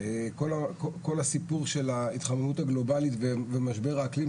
כל הסיפור של ההתחממות הגלובלית ומשבר האקלים,